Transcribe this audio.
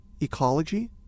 ecology